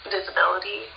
Visibility